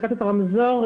אפליקציית הרמזור,